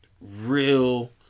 real